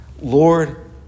Lord